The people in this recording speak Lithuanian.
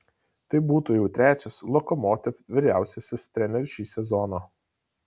tai būtų jau trečias lokomotiv vyriausiasis treneris šį sezoną